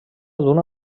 d’una